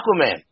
Aquaman